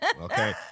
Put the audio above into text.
Okay